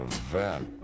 event